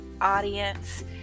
audience